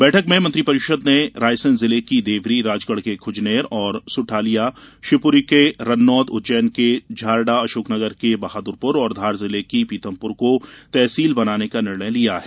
बैठक में मंत्रि परिषद ने रायसेन जिले के देवरी राजगढ के ख्जनेर और सुठालिया शिवपुरी के रन्नौद उज्जैन के झारडा अशोकनगर के बहादुरपुर और धार जिले के पीथमपुर को तहसील बनाने का निर्णय लिया है